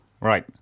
right